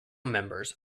members